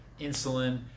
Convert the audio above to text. insulin